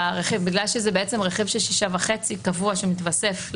לכן הרעיון היה לעבור למנגנון גמיש יותר,